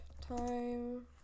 time